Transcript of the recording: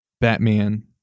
Batman